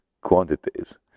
quantities